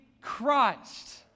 Christ